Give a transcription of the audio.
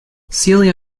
celia